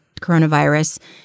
coronavirus